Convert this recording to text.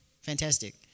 Fantastic